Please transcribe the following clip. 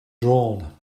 drawn